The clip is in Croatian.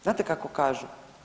Znate kako kažu?